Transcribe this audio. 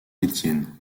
étienne